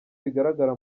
bigaragara